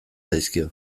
zaizkio